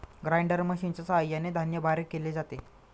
grinder मशिनच्या सहाय्याने धान्य बारीक केले जाते